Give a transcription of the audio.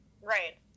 Right